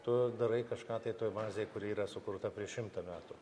tu darai kažką tai toj bazėj kuri yra sukurta prieš šimtą metų